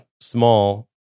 small